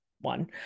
one